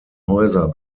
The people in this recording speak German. häuser